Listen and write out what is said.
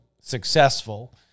successful –